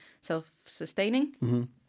self-sustaining